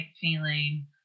feeling